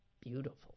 beautiful